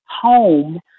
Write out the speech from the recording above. home